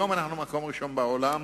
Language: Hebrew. היום אנחנו מקום ראשון בעולם,